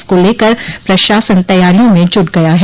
इसको लेकर प्रशासन तैयारियों में जुट गया है